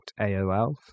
AOL